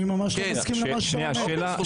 אני ממש לא מסכים למה שאתה אומר.